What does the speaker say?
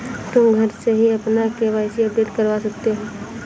तुम घर से ही अपना के.वाई.सी अपडेट करवा सकते हो